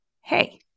Hey